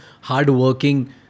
hardworking